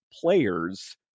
players